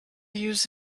use